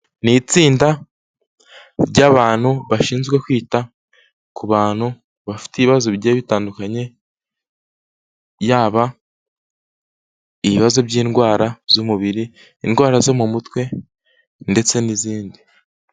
Ni itsinda ry'abantu bashinzwe kwita ku bantu bafite ibibazo bigiye bitandukanye, yaba ibibazo by'indwara z'umubiri, indwara zo mu mutwe ndetse n'izindi.